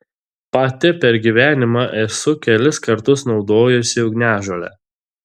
pati per gyvenimą esu kelis kartus naudojusi ugniažolę